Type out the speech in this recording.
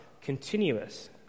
continuous